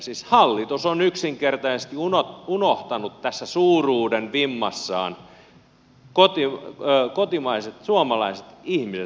siis hallitus on yksinkertaisesti unohtanut tässä suuruuden vimmassaan suomalaiset ihmiset suomalaiset perheet